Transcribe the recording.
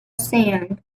sand